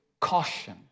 caution